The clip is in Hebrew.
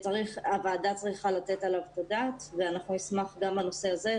הוועדה צריכה לתת על זה את הדעת ואנחנו נשמח גם